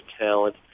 talent